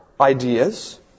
ideas